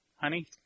honey